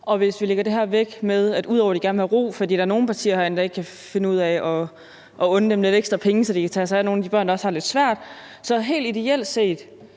Hvis vi lægger det her væk med, at de gerne vil have ro, fordi der er nogle partier herinde, der ikke kan finde ud af at unde dem lidt ekstra penge, så de kan tage sig af nogle af de børn, der også har det lidt svært, synes Danmarks